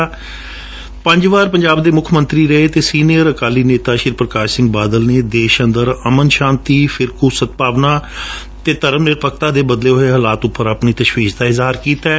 ਪੰਜ ਵਾਰ ਪੰਜਾਬ ਦੇ ਮੁੱਖ ਮੰਤਰੀ ਰਹੇ ਅਤੇ ਸੀਨੀਅਰ ਅਕਾਲੀ ਨੇਤਾ ਪੁਕਾਸ਼ ਸਿਘ ਬਾਦਲ ਨੇ ਦੇਸ਼ ਅੰਦਰ ਅਮਨ ਸ਼ਾਂਤੀ ਫਿਰਕੂ ਸਦਭਾਵਨਾ ਅਤੇ ਧਰਮ ਨਿਰਪੱਖਤਾ ਦੇ ਬਦਲੇ ਹੋਏ ਹਾਲਾਤ ਉੱਪਰ ਆਪਣੀ ਤਸ਼ਵੀਸ਼ ਦਾ ਇਜਹਾਰ ਕੀਤੈ